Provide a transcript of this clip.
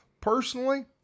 Personally